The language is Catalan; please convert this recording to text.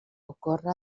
ocorre